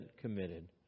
committed